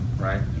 right